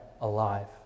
alive